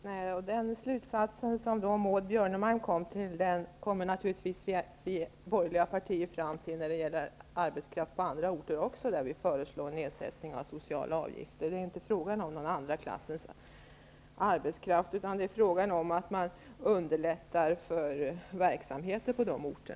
Herr talman! Den slutsats som Maud Björnemalm kom fram till kommer naturligtvis vi i de borgerliga partierna fram till också när det gäller arbetskraft på andra orter, där vi föreslår en nedsättning av de sociala avgifterna. Det är inte fråga om någon andra sortens arbetskraft, utan det är fråga om att man underlättar för verksamheter på dessa orter.